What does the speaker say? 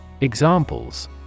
Examples